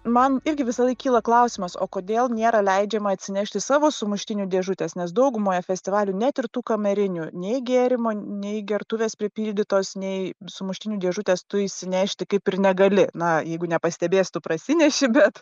man irgi visąlaik kyla klausimas o kodėl nėra leidžiama atsinešti savo sumuštinių dėžutės nes daugumoje festivalių net ir tų kamerinių nei gėrimo nei gertuvės pripildytos nei sumuštinių dėžutės tu įsinešti kaip ir negali na jeigu nepastebės tu prasineši bet